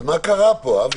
אז מה קרה פה, אבי?